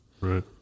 Right